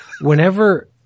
Whenever